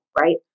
right